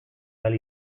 ahal